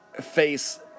face